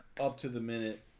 up-to-the-minute